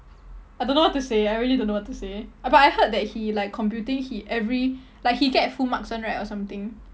I don't know what to say I really don't know what to say but I heard that he like computing he every like he get full marks [one] right or something